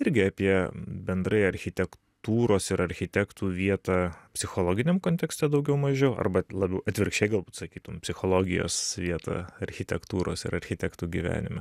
irgi apie bendrai architektūros ir architektų vietą psichologiniam kontekste daugiau mažiau arba labiau atvirkščiai galbūt sakytum psichologijos vietą architektūros ir architektų gyvenime